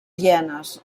hienes